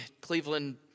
Cleveland